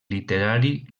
literari